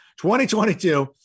2022